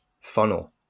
funnel